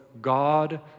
God